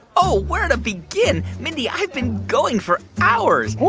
oh, where to begin? mindy, i've been going for hours.